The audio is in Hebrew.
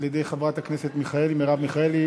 על-ידי חברת הכנסת מרב מיכאלי?